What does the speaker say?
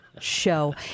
show